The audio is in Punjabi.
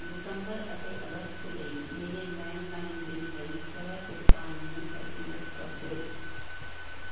ਦਸੰਬਰ ਅਤੇ ਅਗਸਤ ਲਈ ਮੇਰੇ ਲੈਂਡਲਾਈਨ ਬਿੱਲ ਲਈ ਸਵੈ ਭੁਗਤਾਨ ਨੂੰ ਅਸਮਰੱਥ ਕਰ ਦਿਉ